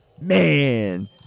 Man